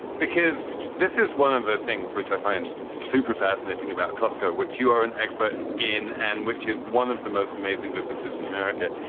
because this is one of the things which i find super fascinating about costco, which you are an expert in and which is one of the most amazing businesses in america,